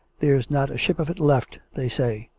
there's not a ship of it left, they say.